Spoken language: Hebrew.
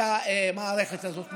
המערכת הזאת.